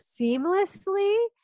seamlessly